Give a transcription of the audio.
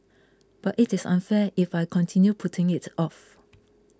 but it is unfair if I continue putting it off